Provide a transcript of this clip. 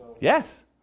Yes